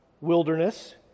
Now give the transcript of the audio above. wilderness